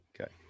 Okay